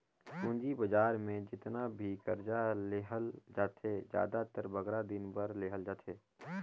पूंजी बजार में जेतना भी करजा लेहल जाथे, जादातर बगरा दिन बर लेहल जाथे